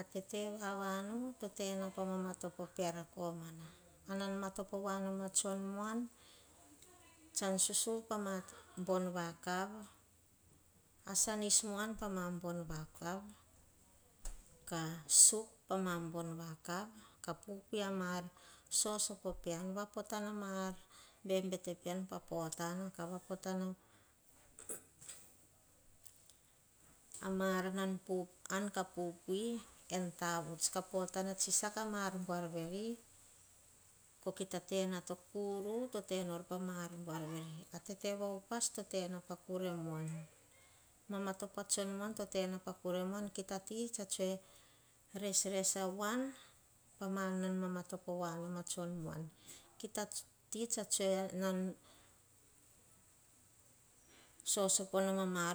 Atete vavanu to tena poh vama topo pean komana an nan vama topo voa non a tsion muan. Susuvu pama bon vakav, asah nismuan pama bon vakavu. Kah sop pama bon vakavu kah pupui a mar sosopo pean. Vapota ah mar sosopo pean potana. Kah vapotana. ma ar nan, ar ka pupui en tavuts. Kah potana tsino saka mar buar kokito tena oh kuru pa mar buar vere kah tete va upas to tena en kuremuan. Kita tih tse tsoe resres a woan nom ah tsion muan-maksi ta saha tsoe nan sosopo nom ah